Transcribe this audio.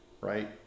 right